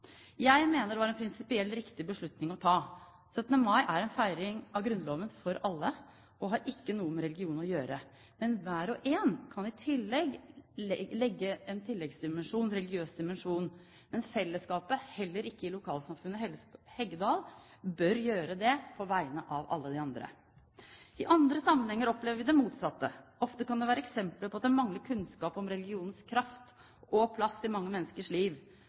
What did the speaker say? Jeg mener det var en prinsipielt riktig beslutning å ta. 17. mai er en feiring av Grunnloven, for alle, og har ikke noe med religion å gjøre. Hver og en kan legge inn en religiøs dimensjon, men fellesskapet bør ikke gjøre det på vegne av alle de andre – heller ikke lokalsamfunnet i Heggedal. I andre sammenhenger opplever vi det motsatte. Ofte kan det være eksempler på at det mangler kunnskap om religionens kraft og plass i mange menneskers liv.